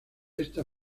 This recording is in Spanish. esta